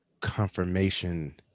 confirmation